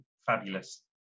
fabulous